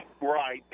Right